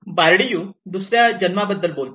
Bourdieu दुसर्या जन्माबद्दल बोलतो